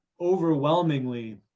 overwhelmingly